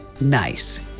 Nice